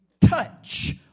touch